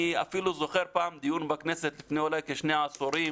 אני אפילו זוכר פעם דיון בכנסת לפני אולי כשני עשורים.